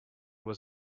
was